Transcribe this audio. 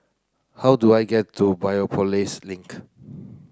how do I get to Biopolis Link